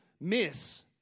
miss